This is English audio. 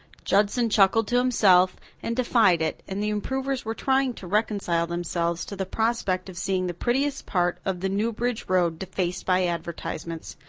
judson chuckled to himself and defied it, and the improvers were trying to reconcile themselves to the prospect of seeing the prettiest part of the newbridge road defaced by advertisements,